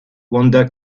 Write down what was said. wanda